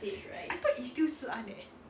I thought is still si an leh